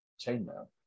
chainmail